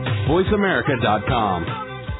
VoiceAmerica.com